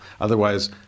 Otherwise